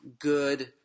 good